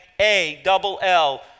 A-double-L